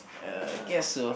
uh guess so